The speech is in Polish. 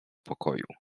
pokoju